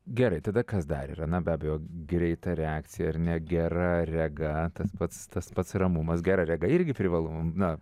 gerai tada kas dar yra na be abejo greita reakcija ar ne gera rega tas pats tas pats ramumas gera rega irgi privalu na